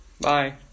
bye